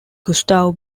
gustav